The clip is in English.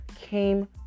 came